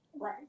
Right